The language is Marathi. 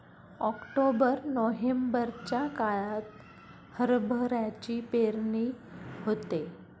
ऑक्टोबर नोव्हेंबरच्या काळात हरभऱ्याची पेरणी होते